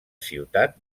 ciutat